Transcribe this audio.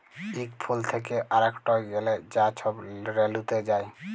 ইক ফুল থ্যাকে আরেকটয় গ্যালে যা ছব রেলুতে যায়